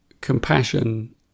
compassion